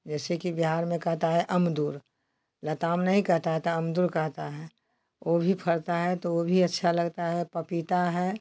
जैसे कि बिहार में कहता है अमदुर लताम नहीं कहता है तो अमदुर कहता है वह भी फलता है तो वह भी अच्छा लगता है पपीता है